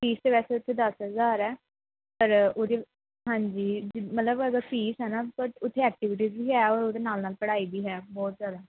fees ਤਾਂ ਵੈਸੇ ਉੱਥੇ ਦਸ ਹਜ਼ਾਰ ਹੈ ਪਰ ਉਹਦੇ ਹਾਂਜੀ ਮਤਲਬ ਅਗਰ ਫੀਸ ਹੈ ਨਾ ਬਟ ਉੱਥੇ ਐਕਟੀਵਿਟੀਸ ਵੀ ਹੈ ਉਹ ਉਹਦੇ ਨਾਲ ਨਾਲ ਪੜ੍ਹਾਈ ਵੀ ਹੈ ਬਹੁਤ ਜ਼ਿਆਦਾ